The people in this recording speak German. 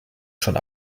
schon